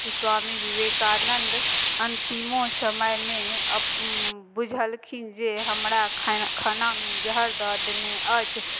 स्वामी विवेकानन्द अन्तिमो समयमे बुझलखिन जे हमरा खा खानामे जहर दऽ देने अछि